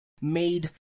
made